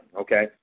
okay